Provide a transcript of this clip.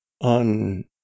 on